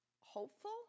Hopeful